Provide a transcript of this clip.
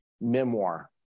memoir